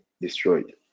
destroyed